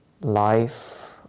life